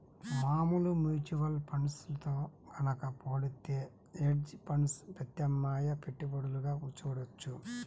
మామూలు mutual funds తో గనక పోలిత్తే హెడ్జ్ ఫండ్స్ ప్రత్యామ్నాయ పెట్టుబడులుగా చూడొచ్చు